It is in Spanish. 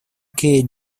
que